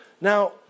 Now